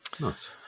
nice